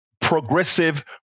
progressive